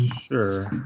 Sure